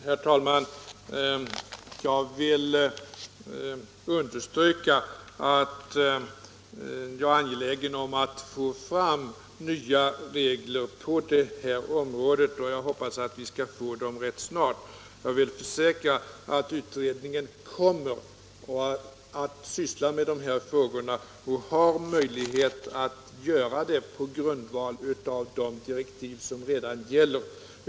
Herr talman! Jag vill understryka att jag är angelägen om att få fram nya regler på detta område, och jag hoppas att vi skall få dem rätt snart. Jag vill försäkra att utredningen kommer att syssla med de här frågorna och att den har möjlighet att göra det på grundval av de direktiv som redan gäller.